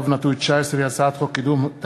פ/2760/19 וכלה בהצעת חוק פ/2836/19 הצעת